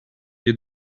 you